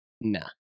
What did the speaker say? nah